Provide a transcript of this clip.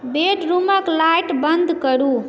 बेडरूमक light बन्द करू